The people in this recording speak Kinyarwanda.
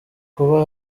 kuba